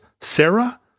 Sarah